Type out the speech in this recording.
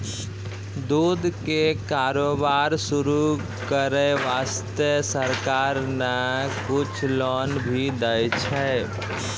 दूध के कारोबार शुरू करै वास्तॅ सरकार न कुछ लोन भी दै छै